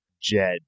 Jed